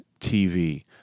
TV